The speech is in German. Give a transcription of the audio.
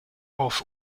auf